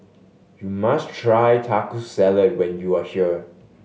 you must try Taco Salad when you are here